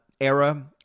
era